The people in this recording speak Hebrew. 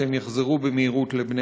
שהם יחזרו במהירות לבני משפחותיהם.